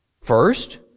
First